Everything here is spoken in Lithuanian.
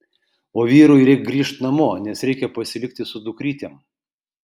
o vyrui reik grįžt namo nes reikia pasilikti su dukrytėm